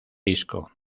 disco